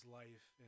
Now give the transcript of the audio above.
life